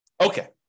Okay